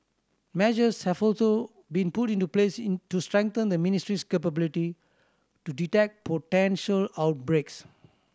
measures have also been put into place into strengthen the ministry's capability to detect potential outbreaks